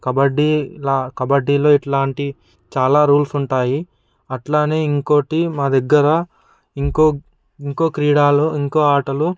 కబడ్డీల కబడ్డీలో ఇట్లాంటివి చాలా రూల్స్ ఉంటాయి అట్లానే ఇంకోటి మా దగ్గర ఇంకో ఇంకో క్రీడాలు ఇంకో ఆటలు